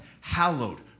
Hallowed